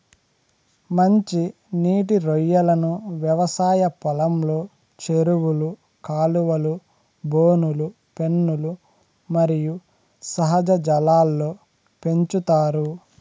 మంచి నీటి రొయ్యలను వ్యవసాయ పొలంలో, చెరువులు, కాలువలు, బోనులు, పెన్నులు మరియు సహజ జలాల్లో పెంచుతారు